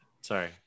Sorry